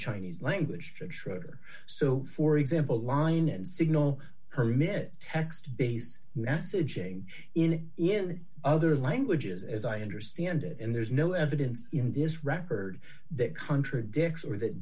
chinese language for so for example line and signal permit text based messaging in other languages as i understand it and there's no evidence in this record that contradicts or that